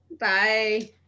Bye